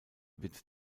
wird